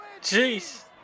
Jeez